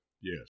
Yes